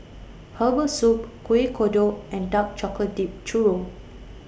Herbal Soup Kuih Kodok and Dark Chocolate Dipped Churro